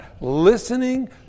Listening